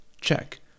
check